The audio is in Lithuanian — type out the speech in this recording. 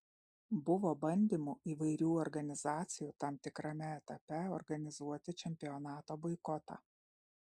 buvo bandymų įvairių organizacijų tam tikrame etape organizuoti čempionato boikotą